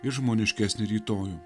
ir žmoniškesnį rytojų